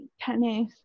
tennis